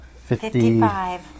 Fifty-five